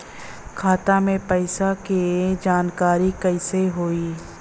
खाता मे पैसा के जानकारी कइसे होई?